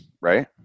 right